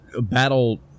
battle